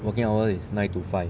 working hour is nine to five